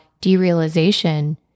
derealization